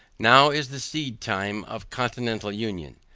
now is the seed time of continental union,